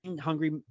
Hungry